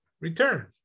return